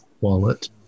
wallet